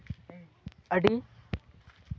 ᱟᱹᱰᱤ